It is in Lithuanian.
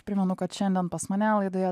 primenu kad šiandien pas mane laidoje